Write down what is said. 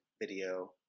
Video